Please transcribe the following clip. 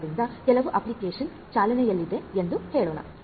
ಆದ್ದರಿಂದ ಕೆಲವು ಅಪ್ಲಿಕೇಶನ್ ಚಾಲನೆಯಲ್ಲಿದೆ ಎಂದು ಹೇಳೋಣ